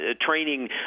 training